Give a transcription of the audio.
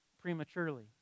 prematurely